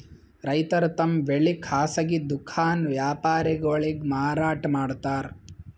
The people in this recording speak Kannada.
ರೈತರ್ ತಮ್ ಬೆಳಿ ಖಾಸಗಿ ದುಖಾನ್ ವ್ಯಾಪಾರಿಗೊಳಿಗ್ ಮಾರಾಟ್ ಮಾಡ್ತಾರ್